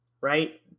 right